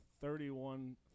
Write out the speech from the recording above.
thirty-one